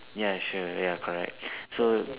ya sure ya correct so